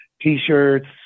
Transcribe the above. t-shirts